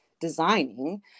designing